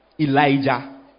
Elijah